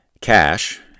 Cash